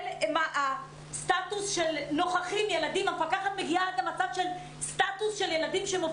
עד שהם הגיעו למערכת החינוך והם עדיין לא